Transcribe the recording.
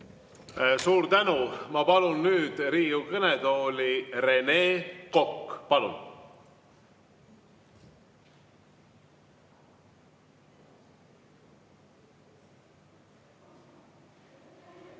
Suur tänu! Ma palun nüüd Riigikogu kõnetooli Rene Koka. Palun!